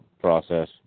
process